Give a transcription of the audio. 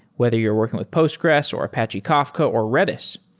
whether you're working with postgres, or apache kafka, or redis,